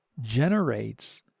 generates